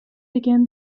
again